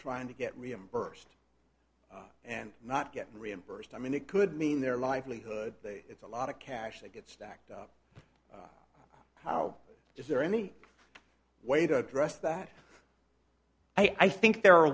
trying to get reimbursed and not get reimbursed i mean it could mean their livelihood it's a lot of cash they get stacked up but how is there any way to address that i think there are